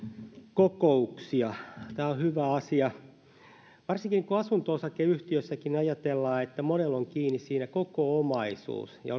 kokouksia tämä on hyvä asia varsinkin kun asunto osakeyhtiössäkin ajatellaan että monella on kiinni siinä koko omaisuus ja